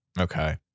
Okay